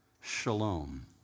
Shalom